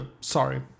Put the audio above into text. sorry